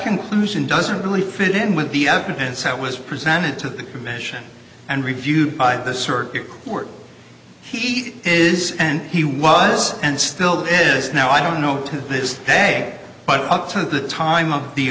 inclusion doesn't really fit in with the evidence that was presented to the commission and reviewed by the circuit court he is and he was and still is now i don't know to this day but up to the time of the